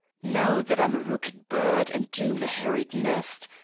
now that i'm a rooked bird and doom a herried nest,